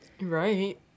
Right